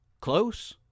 Close